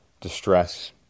distress